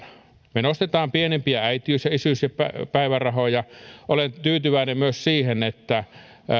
me nostamme pienimpiä äitiys ja isyyspäivärahoja olen tyytyväinen myös siihen että